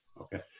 Okay